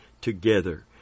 together